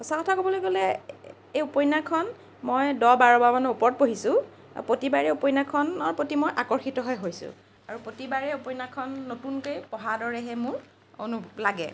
সঁচা কথা কব'লৈ গ'লে এই উপন্যাসখন মই দহ বাৰ বাৰমানৰ ওপৰত পঢ়িছোঁ প্ৰতিবাৰে উপন্যাসখনৰ প্ৰতি মই আকৰ্ষিতহে হৈছোঁ আৰু প্ৰতিবাৰে উপন্যাসখন নতুনকৈ পঢ়া দৰেহে মোৰ অনুভৱ লাগে